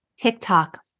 TikTok